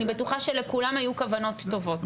אני בטוחה שלכולם היו כוונות טובות,